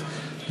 התשע"ז 2017,